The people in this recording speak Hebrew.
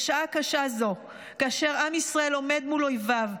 בשעה קשה זו כאשר עם ישראל עומד מול אויביו,